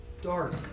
dark